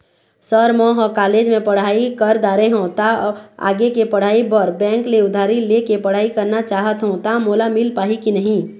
Sir म ह college के पढ़ाई कर दारें हों ता आगे के पढ़ाई बर बैंक ले उधारी ले के पढ़ाई करना चाहत हों ता मोला मील पाही की नहीं?